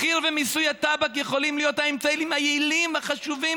מחיר ומיסוי הטבק יכולים להיות האמצעים היעילים והחשובים